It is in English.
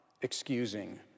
excusing